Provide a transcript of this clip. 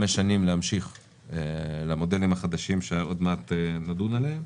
שנים להמשיך למודלים החדשים שעוד מעט נדון עליהם.